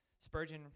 Spurgeon